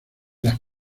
las